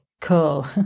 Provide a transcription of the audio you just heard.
Cool